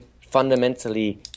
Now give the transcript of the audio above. fundamentally